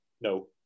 No